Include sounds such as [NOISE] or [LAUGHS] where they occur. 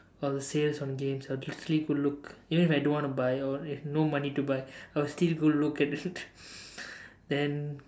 or the sales on games typically go look even if I don't want to buy or I no money to buy I will still go look at it [LAUGHS] then